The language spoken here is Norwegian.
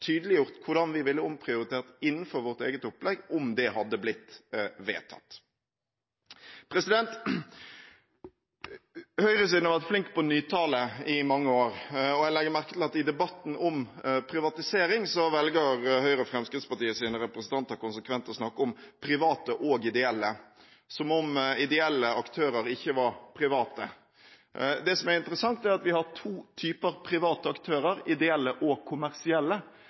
tydeliggjort hvordan vi ville omprioritert innenfor vårt eget opplegg, om det hadde blitt godtatt. Høyresiden har vært flink på nytale i mange år. Jeg legger merke til at i debatten om privatisering velger Høyres og Fremskrittspartiets representanter konsekvent å snakke om private og ideelle, som om ideelle aktører ikke var private. Det som er interessant, er at vi har to typer private aktører: ideelle og kommersielle.